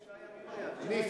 לא נכון.